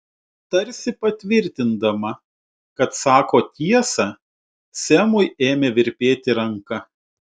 tarsi patvirtindama kad sako tiesą semui ėmė virpėti ranka